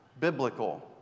biblical